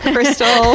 crystal